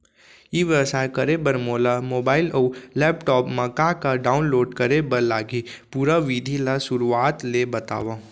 ई व्यवसाय करे बर मोला मोबाइल अऊ लैपटॉप मा का का डाऊनलोड करे बर लागही, पुरा विधि ला शुरुआत ले बतावव?